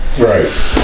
Right